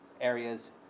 areas